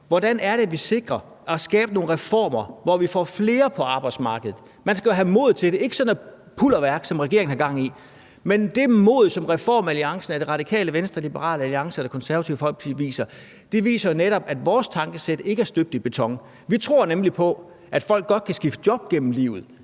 Hvordan er det, at vi sikrer, at vi skaber nogle reformer, hvor vi får flere på arbejdsmarkedet? Man skal jo have mod til det – ikke sådan noget pullerværk, som regeringen har gang i. Men det mod, som reformalliancen bestående af Radikale Venstre, Liberal Alliance og Det Konservative Folkeparti viser, viser jo netop, at vores tankesæt ikke er støbt i beton. Vi tror nemlig på, at folk godt kan skifte job gennem livet,